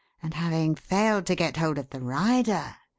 and having failed to get hold of the rider